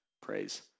Praise